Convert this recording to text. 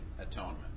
atonement